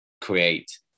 create